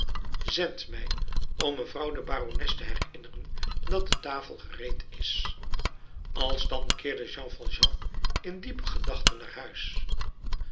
zendt mij om mevrouw de barones te herinneren dat de tafel gereed is alsdan keerde jean valjean in diepe gedachten naar huis